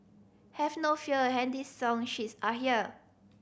have no fear handy song sheets are here